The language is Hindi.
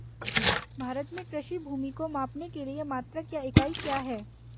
भारत में कृषि भूमि को मापने के लिए मात्रक या इकाई क्या है?